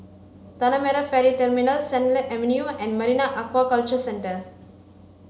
Tanah Merah Ferry Terminal Sennett Avenue and Marine Aquaculture Centre